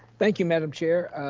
thank you, madam chair.